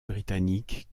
britanniques